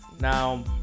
Now